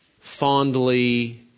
fondly